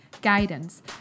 guidance